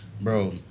Bro